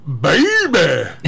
baby